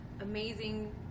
amazing